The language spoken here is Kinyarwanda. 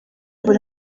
buri